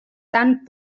tant